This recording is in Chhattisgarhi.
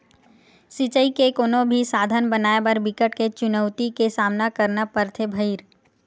सिचई के कोनो भी साधन बनाए बर बिकट के चुनउती के सामना करना परथे भइर